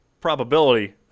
probability